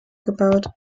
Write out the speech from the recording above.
gebaut